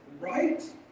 right